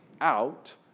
out